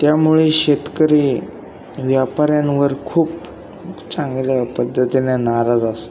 त्यामुळे शेतकरी व्यापऱ्यांवर खूप चांगल्या पद्धतीने नाराज असतात